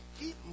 keep